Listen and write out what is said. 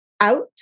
out